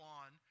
on